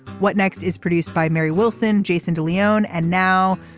what next is produced by mary wilson jason de leone and now